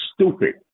stupid